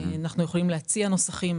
ואנחנו יכולים להציע נוסחים.